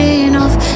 enough